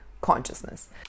consciousness